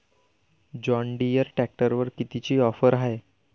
John Deere ट्रॅक्टरवर कितीची offer हाये?